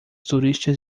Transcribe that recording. turistas